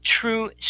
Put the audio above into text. True